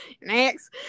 Next